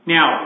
Now